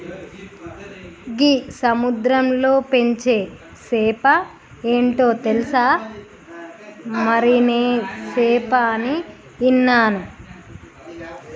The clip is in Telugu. గీ సముద్రంలో పెంచే సేప ఏంటో తెలుసా, మరినే సేప అని ఇన్నాను